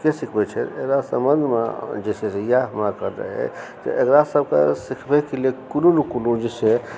के सिखबै छै एकरा सम्बन्धमे जे छै से इएह हमर कहब अछि जे एकरा सभके सिखबैके लिए कोनो ने कोनो जे छै